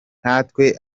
ntawe